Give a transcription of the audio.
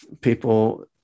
People